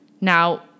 Now